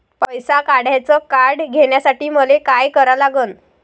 पैसा काढ्याचं कार्ड घेण्यासाठी मले काय करा लागन?